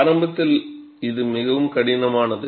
ஆரம்பத்தில் இது மிகவும் கடினமானது